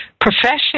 profession